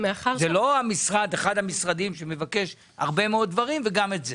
זה לא אחד המשרדים שמבקש הרבה מאוד דברים וגם את זה.